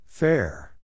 Fair